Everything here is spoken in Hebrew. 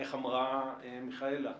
איך אמרה מיכאלה?